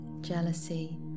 jealousy